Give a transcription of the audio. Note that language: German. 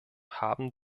haben